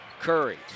Curry